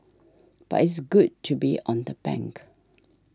but it's good to be on the bank